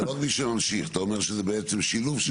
זה לא מי שממשיך, אתה אומר שזה בעצם שילוב.